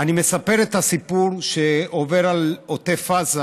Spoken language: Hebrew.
אני מספר את הסיפור שעובר על עוטף עזה